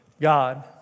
God